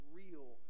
real